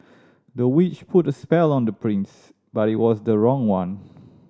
the witch put a spell on the prince but it was the wrong one